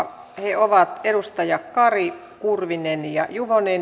he ovat edustaja kari kurvinen ja juvonen